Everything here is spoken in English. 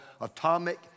Atomic